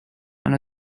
and